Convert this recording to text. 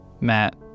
Matt